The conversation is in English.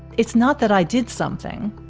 it's not that i did something.